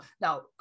Now